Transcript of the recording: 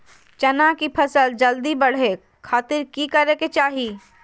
चना की फसल जल्दी बड़े खातिर की करे के चाही?